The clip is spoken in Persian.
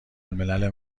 الملی